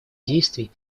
действий